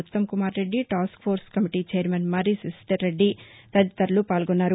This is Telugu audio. Uttam Kumar Reddy task force committee chairman Madri Shashidhar Reddy తదితరులు పాల్గొన్నారు